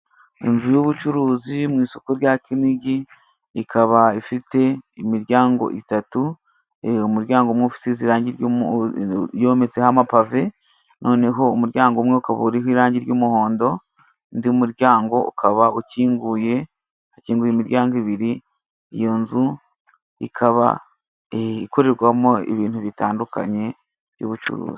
Inzu y'ubucuruzi mu isoko rya Kinigi ikaba ifite imiryango itatu, umuryango umwe usize irangi yometseho amapave, noneho umuryango umwe ukaba uriho irangi ry'umuhondo undi muryango ukaba ukinguye hakinguye imiryango ibiri ,iyo nzu ikaba ikorerwamo ibintu bitandukanye by'ubucuruzi.